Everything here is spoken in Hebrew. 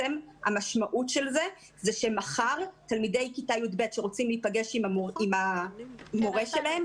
המשמעות של זה היא שמחר תלמידי כיתה י"ב שרוצים להיפגש עם המורה שלהם,